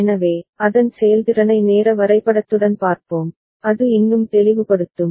எனவே அதன் செயல்திறனை நேர வரைபடத்துடன் பார்ப்போம் அது இன்னும் தெளிவுபடுத்தும்